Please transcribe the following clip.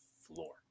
floor